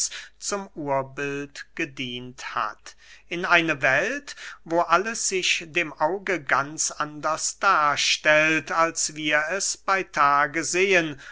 zum urbild gedient hat in eine welt wo alles sich dem auge ganz anders darstellt als wir es bey tage sehen